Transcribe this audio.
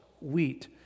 wheat